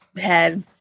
head